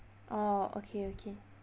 orh okay okay